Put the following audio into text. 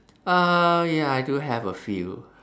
uh ya I do have a few